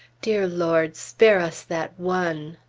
dear lord, spare us that one!